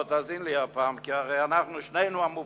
תאזין לי הפעם, כי הרי אנחנו שניים המופלים.